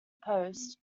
post